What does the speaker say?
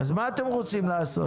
אז מה אתם רוצים לעשות?